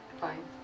Fine